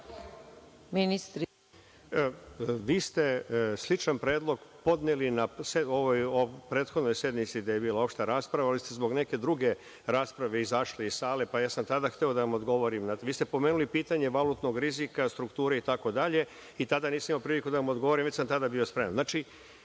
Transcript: Vujović** Vi ste sličan predlog podneli na prethodnoj sednici gde je bila opšta rasprava i vi ste zbog neke druge rasprave izašli iz sale, a ja sam tada hteo da vam odgovorim na to. Pomenuli ste pitanje valutnog rizika, strukture itd. i tada nisam imao priliku da vam odgovorim, a već sam tada bio spreman. Znači,